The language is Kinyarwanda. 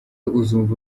uzumva